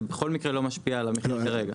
זה בכל מקרה לא משפיע על המחיר כרגע.